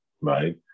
right